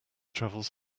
travels